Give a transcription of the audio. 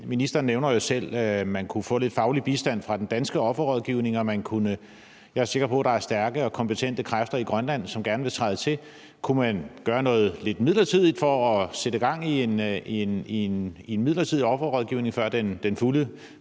Ministeren nævner jo selv, at man kunne få lidt faglig bistand fra den danske offerrådgivning, og jeg er sikker på, at der er stærke og kompetente kræfter i Grønland, som gerne vil træde til. Kunne man gøre noget lidt midlertidigt for at sætte gang i en midlertidig offerrådgivning, før den fulde